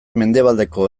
mendebaldeko